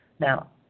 Now